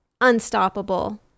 unstoppable